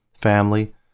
family